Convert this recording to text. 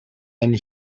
and